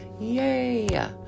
Yay